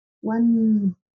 one